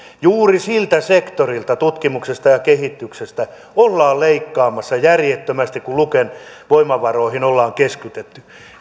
juuri siltä sektorilta tutkimuksesta ja kehityksestä ollaan leikkaamassa järjettömästi kun luken voimavaroihin ollaan keskitetty